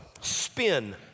spin